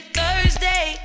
Thursday